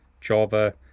Java